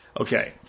Okay